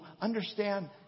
understand